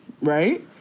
Right